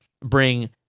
bring